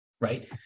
right